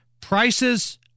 prices